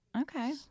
Okay